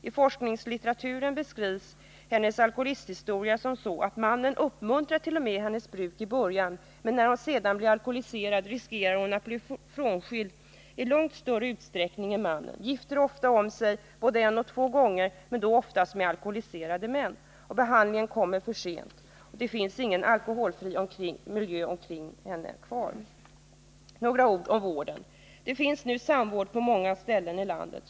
I forskningslitteraturen beskrivs hennes alkoholisthistoria så, att mannen i början t.o.m. uppmuntrar hennes bruk, men när hon sedan blir alkoholiserad riskerar hon att bli frånskild i långt större utsträckning än mannen, gifter om sig både en och två gånger men då oftast med alkoholiserade män. Och behandlingen kommer för sent. Det finns ingen alkoholfri miljö kvar omkring henne. Några ord om vården. Det finns nu samvård på många ställen i landet.